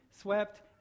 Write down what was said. swept